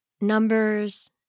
numbers